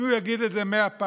אם הוא יגיד את זה 100 פעמים,